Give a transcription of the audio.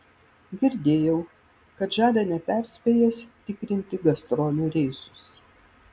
girdėjau kad žada neperspėjęs tikrinti gastrolių reisus